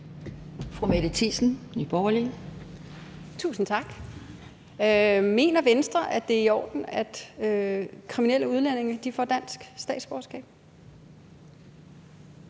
Mette Thiesen (NB): Tusind tak. Mener Venstre, at det er i orden, at kriminelle udlændinge får dansk statsborgerskab?